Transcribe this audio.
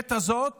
בעת הזאת